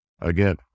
Again